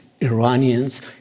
Iranians